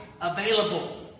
available